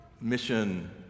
mission